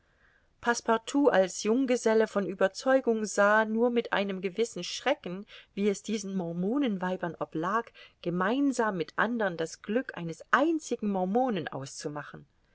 als junggeselle von ueberzeugung sah nur mit einem gewissen schrecken wie es diesen mormonenweibern oblag gemeinsam mit andern das glück eines einzigen mormonen auszumachen